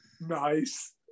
Nice